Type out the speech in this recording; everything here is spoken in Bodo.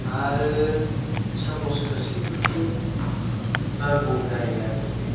आरो सामस खोस्लिफोरखौ नांगौ जायो आरोखि